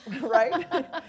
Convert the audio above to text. right